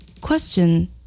Question